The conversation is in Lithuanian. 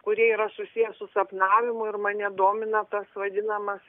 kurie yra susiję su sapnavimu ir mane domina tas vadinamas